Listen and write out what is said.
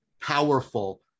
powerful